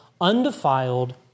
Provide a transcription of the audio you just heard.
undefiled